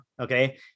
Okay